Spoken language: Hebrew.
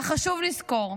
אך חשוב לזכור: